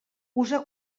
use